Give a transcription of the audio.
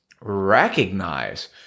recognize